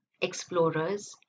explorers